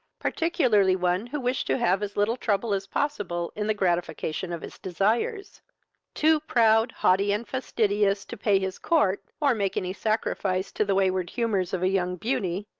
particularly one who wished to have as little trouble as possible in the gratification of his desires too proud, haughty, and fastidious, to pay his court, or make any sacrifice to the wayward humours of a young beauty,